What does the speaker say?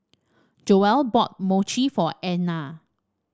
Joelle bought Mochi for Einar